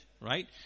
Right